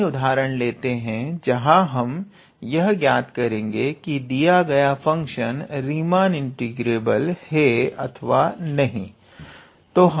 एक अन्य उदाहरण लेते हैं जहां हम यह ज्ञात करेंगे कि दिया गया फंक्शन रीमान इंटीग्रेबल है अथवा नहीं